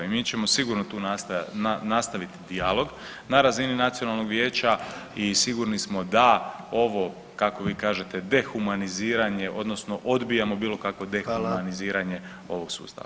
I mi ćemo sigurno tu nastaviti dijalog na razini nacionalnog vijeća i sigurni smo da ovo kako vi kažete dehumaniziranje odnosno odbijamo bilo kakvo dehumaniziranje [[Upadica: Hvala.]] ovog sustava.